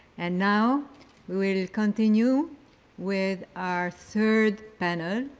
and now we will continue with our third panel.